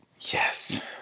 yes